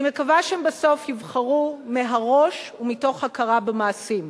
אני מקווה שהם בסוף יבחרו מהראש ומתוך הכרה במעשים.